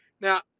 now